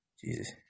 jesus